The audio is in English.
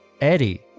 eddie